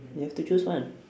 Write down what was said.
you have to choose one